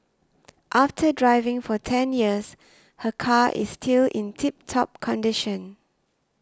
after driving for ten years her car is still in tip top condition